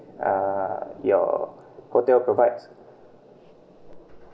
uh your hotel provides